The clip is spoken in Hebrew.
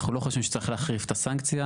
אנחנו לא חושבים שצריך להחריף את הסנקציה.